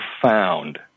profound